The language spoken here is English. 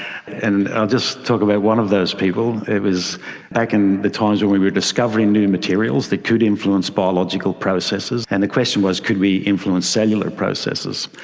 and i'll just talk about one of those people. it was back in the times when we were discovering new materials that could influence biological processes. and the question was could we influence cellular processes.